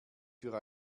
für